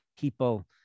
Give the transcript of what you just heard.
people